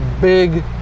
big